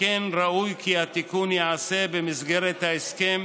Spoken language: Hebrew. ראוי כי התיקון ייעשה במסגרת ההסכם,